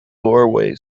doorway